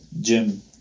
gym